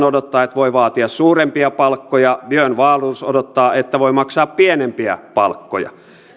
odottaa että voi vaatia suurempia palkkoja björn wahlroos odottaa että voi maksaa pienempiä palkkoja